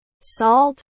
Salt